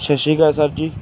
ਸਤਿ ਸ਼੍ਰੀ ਅਕਾਲ ਸਰ ਜੀ